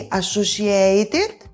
associated